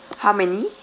how many